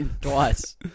twice